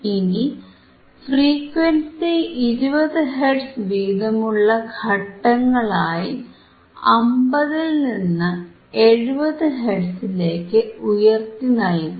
ഇനി frequency 20 hertz വീതമുള്ള ഘട്ടങ്ങളായി 50ൽനിന്ന് 70 ഹെർട്സിലേക്ക് ഉയർത്തിനൽകാം